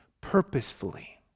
purposefully